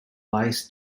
lies